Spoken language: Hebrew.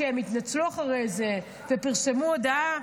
שהם התנצלו אחרי זה ופרסמו הודעה.